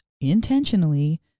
intentionally